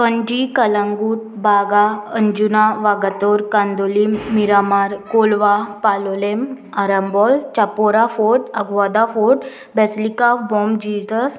पंजी Calangute Baga Anjuna Vagator Candolim Miramar Colva Palolem Arambol Chapora Fort Aguada Fort Basilica of Bom Jesus